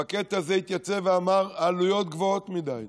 בקטע הזה התייצב ואמר: העלויות גבוהות מדי.